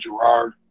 Gerard